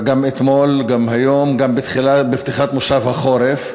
גם אתמול, גם היום, גם בפתיחת מושב החורף,